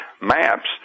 maps